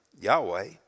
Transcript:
Yahweh